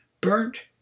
burnt